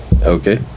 okay